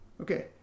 okay